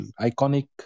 iconic